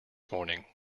morning